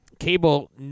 cable